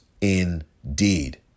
indeed